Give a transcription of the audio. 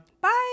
Bye